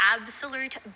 absolute